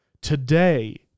today